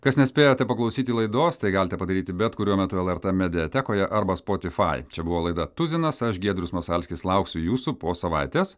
kas nespėjote paklausyti laidos tai galite padaryti bet kuriuo metu lrt mediatekoje arba spotifai čia buvo laida tuzinas aš giedrius masalskis lauksiu jūsų po savaitės